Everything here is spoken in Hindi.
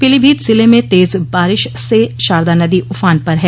पीलीभीत जिले में तेज बारिश से शारदा नदी उफान पर है